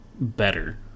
better